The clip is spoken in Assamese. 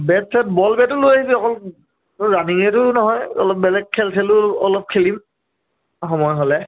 বেট চেট বল বেটো লৈ আহিবি অকল ৰানিঙেতো নহয় অলপ বেলেগ খেল খেলো অলপ খেলিম সময় হ'লে